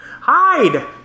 Hide